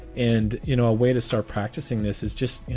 and, you know, a way to start practicing this is just, you